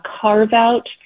carve-out